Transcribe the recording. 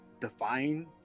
define